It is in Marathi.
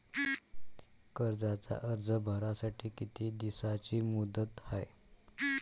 कर्जाचा अर्ज भरासाठी किती दिसाची मुदत हाय?